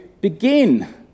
begin